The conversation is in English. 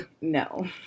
no